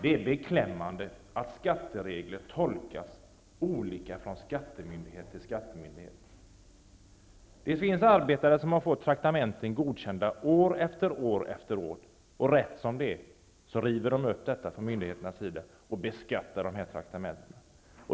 Det är beklämmande att skatteregler tolkas olika från skattemyndighet till skattemyndighet. Det finns arbetare som har fått avdrag för traktamenten godkända år efter år, och rätt som det är river man upp beslutet från myndigheternas sida och beskattar dessa traktamenten.